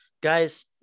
guys